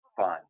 fun